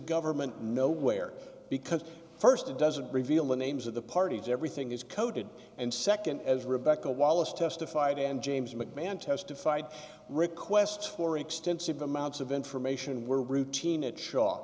government nowhere because st it doesn't reveal the names of the parties everything is coded and nd as rebecca d wallace testified and james mcmahon testified requests for extensive amounts of information were routine at sha